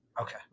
Okay